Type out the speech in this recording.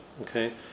Okay